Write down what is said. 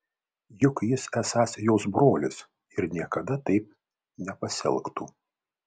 juk jis esąs jos brolis ir niekada taip nepasielgtų